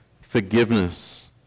forgiveness